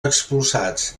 expulsats